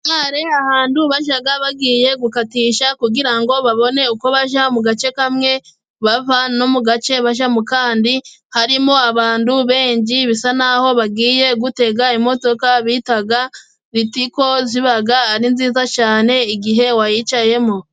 Muri gare ahantu bajyaga bagiye gukatisha, kugira ngo babone uko bajya mu gace kamwe, bava no mu gace bajya mu kandi. Harimo abantu benshi bisa n'aho bagiye gutega imodoka bita Ritiko, iba ari nziza cyane igihe wayicayemo.